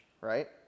right